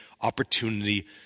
opportunity